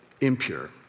impure